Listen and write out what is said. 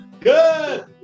Good